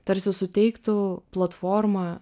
tarsi suteiktų platformą